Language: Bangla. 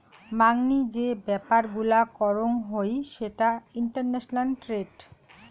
মাংনি যে ব্যাপার গুলা করং হই সেটা ইন্টারন্যাশনাল ট্রেড